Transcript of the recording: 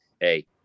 hey